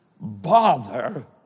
bother